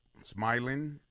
smiling